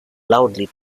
loudly